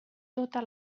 tota